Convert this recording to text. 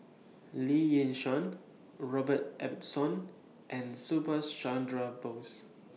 Lee Yi Shyan Robert Ibbetson and Subhas Chandra Bose